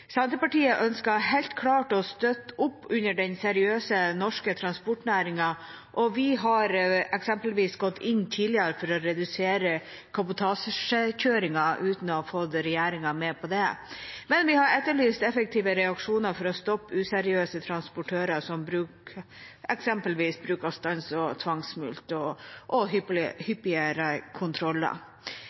Senterpartiet ønsker helt klart å støtte opp om den seriøse norske transportnæringen, og tidligere har vi eksempelvis gått inn for å redusere kabotasjekjøringen, uten å ha fått regjeringen med på det. Vi har etterlyst effektive reaksjoner for å stoppe useriøse transportører, eksempelvis ved bruk av stans, tvangsmulkt og hyppigere kontroller. Vi ønsker å verne sjåførene og trafikksikkerheten og